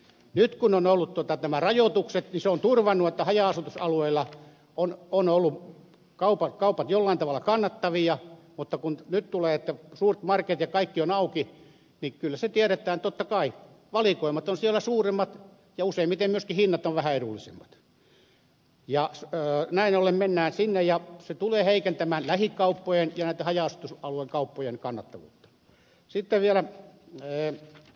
nyt kun on ollut nämä rajoitukset niin se on turvannut että haja asutusalueilla ovat olleet kaupat jollain tavalla kannattavia mutta kun nyt tulee olemaan niin että suuret marketit ja kaikki ovat auki niin kyllä se tiedetään totta kai että kun valikoimat ovat siellä suuremmat ja useimmiten myöskin hinnat ovat vähän edullisemmat niin näin ollen mennään sinne ja se tulee heikentämään lähikauppojen ja näitten haja asutusalueitten kauppojen kannattavuutta